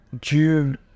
June